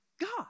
God